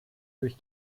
durch